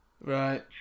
right